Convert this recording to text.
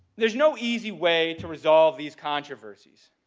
there's no easy way to resolve these controversies.